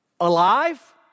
Alive